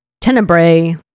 Tenebrae